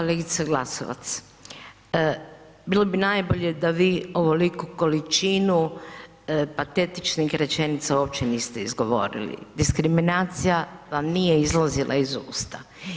Kolegice Glasovac, bilo bi najbolje da vi ovoliku količinu patetičnih rečenica uopće niste izgovorili, diskriminacija vam nije izlazila iz usta.